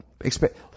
Expect